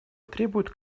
требуют